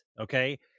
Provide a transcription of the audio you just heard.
okay